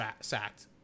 sacked